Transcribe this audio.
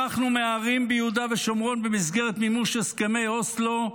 ברחנו מההרים ביהודה ושומרון במסגרת מימוש הסכמי אוסלו,